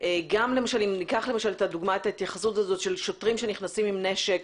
גם - אם ניקח למשל את ההתייחסות של שוטרים שנכנסים עם נשק